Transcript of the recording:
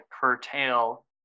curtail